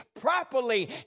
properly